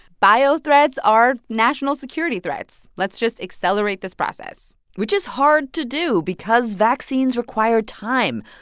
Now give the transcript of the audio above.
bio threats are national security threats. let's just accelerate this process which is hard to do because vaccines require time.